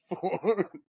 four